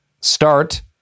Start